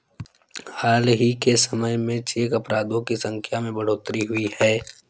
हाल ही के समय में चेक अपराधों की संख्या में बढ़ोतरी हुई है